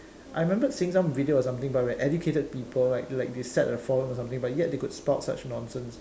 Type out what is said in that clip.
I remembered seeing some video or something about when educated people like like they sat a forum or something but yet they could spout such nonsense